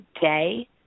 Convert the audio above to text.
day